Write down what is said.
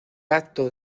acto